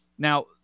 Now